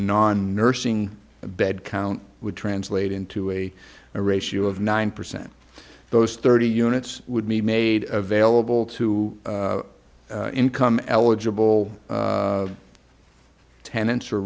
non nursing bed count would translate into a ratio of nine percent those thirty units would be made available to income eligible tenants or